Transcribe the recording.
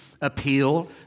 appeal